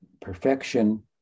perfection